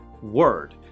Word